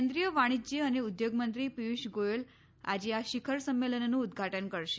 કેન્દ્રીય વાણિજ્ય અને ઉદ્યોગમંત્રી પિયુષ ગોયલ આજે આ શિખર સંમેલનનું ઉદધાટન કરશે